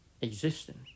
existence